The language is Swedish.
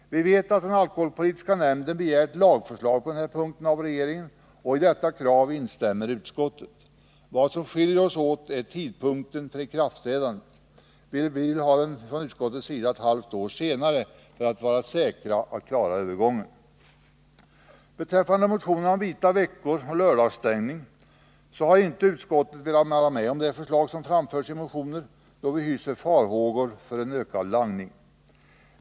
Vi vet att den alkoholpolitiska nämnden av regeringen begärt lagförslag på denna punkt. I detta krav instämmer utskottet. Vad som skiljer oss åt är tidpunkten för ikraftträdandet. Från utskottets sida vill vi att lagen skall träda i kraft ett halvt år senare för att vi skall vara säkra på att vi klarar övergången. Beträffande motionerna om ”vita veckor” och lördagsstängda systembutiker har vi i utskottet inte velat ansluta oss till de förslag som framförts i motionerna, eftersom vi hyser farhågor för en ökad langning.